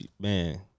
man